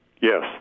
yes